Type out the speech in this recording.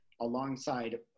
alongside